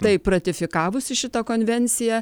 taip ratifikavus šitą konvenciją